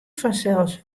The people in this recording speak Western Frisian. fansels